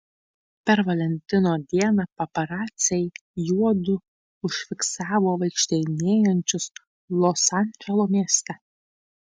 per valentino dieną paparaciai juodu užfiksavo vaikštinėjančius los andželo mieste